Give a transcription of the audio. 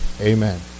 Amen